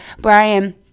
Brian